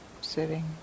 sitting